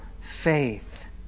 faith